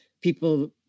people